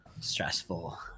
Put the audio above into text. stressful